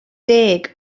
deg